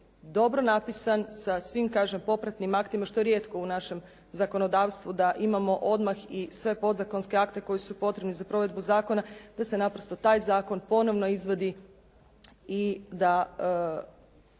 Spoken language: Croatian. dobro napisan sa svim kažem popratnim aktima što je rijetko u našem zakonodavstvu da imamo odmah i sve podzakonske akte koji su potrebni za provedbu zakona da se naprosto taj zakon ponovno izvadi i da